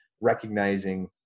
recognizing